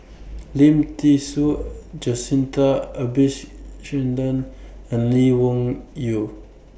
Lim Thean Soo Jacintha and Lee Wung Yew